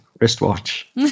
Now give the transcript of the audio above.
wristwatch